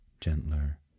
gentler